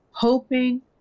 Hoping